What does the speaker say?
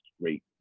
great